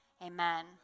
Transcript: Amen